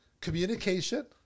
communication